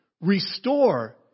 Restore